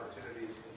opportunities